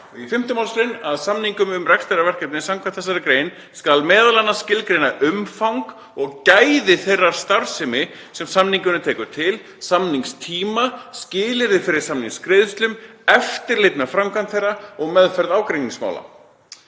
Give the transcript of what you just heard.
í 5. mgr.: „Í samningum um rekstrarverkefni samkvæmt þessari grein skal m.a. skilgreina umfang og gæði þeirrar starfsemi sem samningurinn tekur til, samningstíma, skilyrði fyrir samningsgreiðslum, eftirlit með framkvæmd þeirra og meðferð ágreiningsmála.“